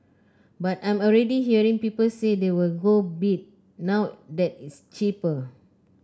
but I'm already hearing people say they will go bid now that it's cheaper